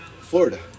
Florida